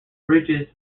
bridges